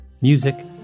Music